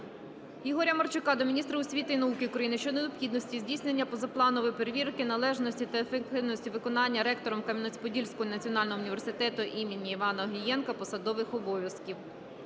Ігоря Марчука до міністра освіти і науки України щодо необхідності здійснення позапланової перевірки належності та ефективності виконання ректором Кам'янець-Подільського національного університету імені Івана Огієнка посадових обов'язків.